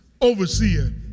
Overseer